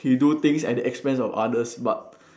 he do things at the expense of others but